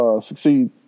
succeed